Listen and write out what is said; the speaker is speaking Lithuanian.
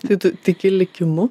tai tu tiki likimu